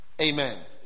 Amen